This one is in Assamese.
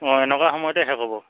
অঁ এনেকুৱা সময়তে শেষ হ'ব